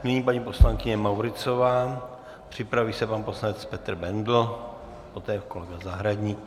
Nyní paní poslankyně Mauritzová, připraví se pan poslanec Petr Bendl, poté kolega Zahradník.